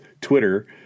twitter